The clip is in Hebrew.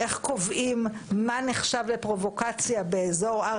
איך קובעים מה נחשב לפרובוקציה באזור הר